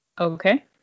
Okay